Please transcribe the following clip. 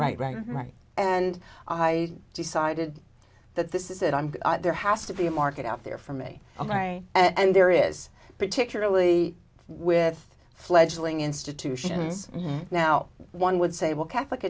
right right right and i decided that this is it i'm there has to be a market out there for me all right and there is particularly with fledgling institutions now one would say well catholic